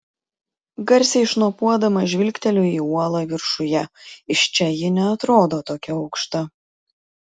garsiai šnopuodama žvilgteliu į uolą viršuje iš čia ji neatrodo tokia aukšta